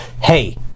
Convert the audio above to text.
hey